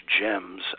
gems